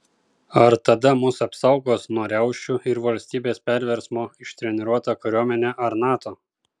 ar tada mus apsaugos nuo riaušių ir valstybės perversmo ištreniruota kariuomenė ar nato